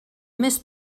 més